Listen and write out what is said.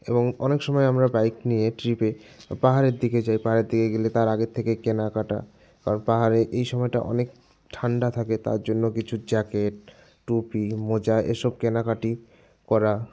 এবং অনেক সময় আমরা বাইক নিয়ে ট্রিপে পাহাড়ের দিকে যাই পাহাড়ের দিকে গেলে তার আগের থেকে কেনা কাটা আর পাহাড়ে এই সময়টা অনেক ঠান্ডা থাকে তার জন্য কিছু জ্যাকেট টুপি মোজা এসব কেনাকাটি করা